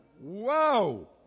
whoa